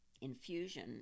infusion